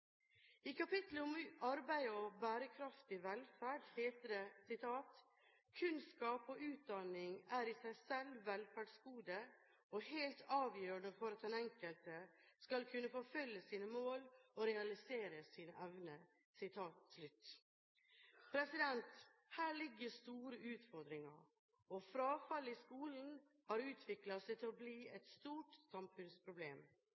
og utdanning er i seg selv velferdsgoder, og helt avgjørende for at den enkelte skal kunne forfølge sine mål og realisere sine evner.» Her ligger store utfordringer, og frafall i skolen har utviklet seg til å bli